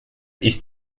ist